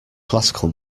classical